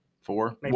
four